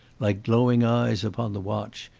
like glowing eyes upon the watch,